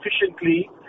efficiently